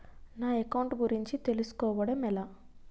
నా అకౌంట్ గురించి తెలుసు కోవడం ఎలా?